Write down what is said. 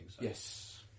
Yes